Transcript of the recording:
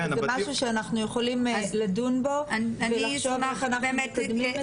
זה משהו שאנחנו יכולים לדון בו ולחשוב איך אנחנו מקדמים את זה.